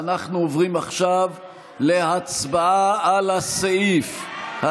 אנחנו עוברים עכשיו להצבעה על הסעיף,